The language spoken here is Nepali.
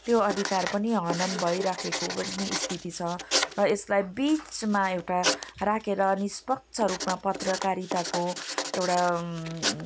त्यो अधिकार पनि हनन् भइराखेको पनि स्थिति छ र यसलाई बिचमा एउटा राखेर निष्पक्ष रूपमा पत्रकारिताको एउटा